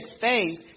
faith